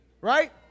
Right